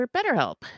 BetterHelp